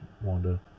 Wanda